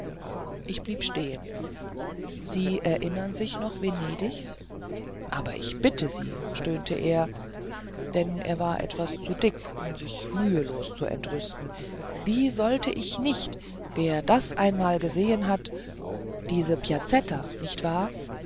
ich blieb stehen sie erinnern sich noch venedigs aber ich bitte sie stöhnte er denn er war etwas zu dick um sich mühelos zu entrüsten wie sollte ich nicht wer das ein mal gesehen hat diese piazzetta nicht wahr